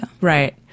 Right